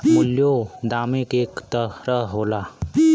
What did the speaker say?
मूल्यों दामे क तरह होला